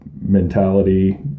mentality